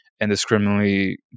indiscriminately